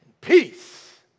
peace